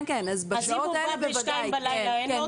אז אם הוא בא ב-02:00 בלילה אין לו אוטובוס?